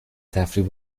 تفریح